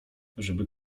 żeby